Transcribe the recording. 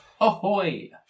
Ahoy